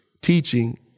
teaching